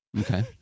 Okay